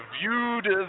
viewed